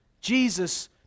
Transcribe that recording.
Jesus